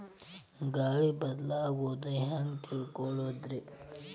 ಗಾಳಿ ಬದಲಾಗೊದು ಹ್ಯಾಂಗ್ ತಿಳ್ಕೋಳೊದ್ರೇ?